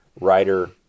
writer